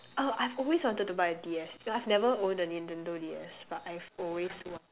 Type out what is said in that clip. oh I've always wanted to buy a D_S I've never owned a Nintendo-D_S but I've always wanted